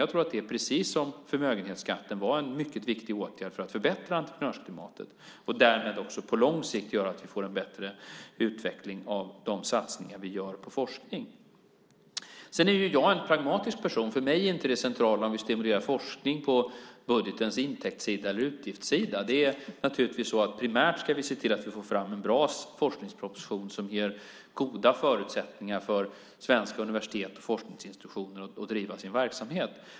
Jag tror att det, precis som när det gäller förmögenhetsskatten, var en mycket viktig åtgärd för att förbättra entreprenörsklimatet och därmed också på lång sikt göra att vi får en bättre utveckling av de satsningar vi gör på forskning. Sedan är jag en pragmatisk person. För mig är inte det centrala om vi stimulerar forskning på budgetens intäktssida eller utgiftssida. Primärt ska vi se till att vi får fram en bra forskningsproposition som ger goda förutsättningar för svenska universitet och forskningsinstitutioner att driva sin verksamhet.